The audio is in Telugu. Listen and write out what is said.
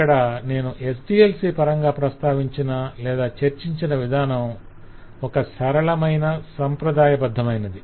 ఇక్కడ నేను SDLC పరంగా ప్రస్తావించిన లేదా చర్చించిన విధానం ఒక సరళమైన సంప్రదాయబద్ధమైనది